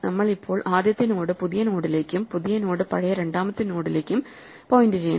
നമ്മൾ ഇപ്പോൾ ആദ്യത്തെ നോഡ് പുതിയ നോഡിലേക്കും പുതിയ നോഡ് പഴയ രണ്ടാമത്തെ നോഡിലേക്കും പോയിന്റ് ചെയ്യണം